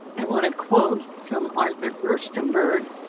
i wanna quote from arthur fuistenberg.